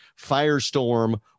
firestorm